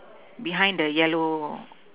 behind the yellow